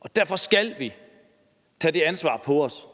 og derfor skal vi tage det ansvar på os.